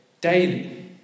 daily